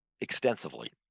extensively